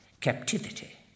Captivity